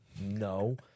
No